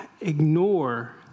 ignore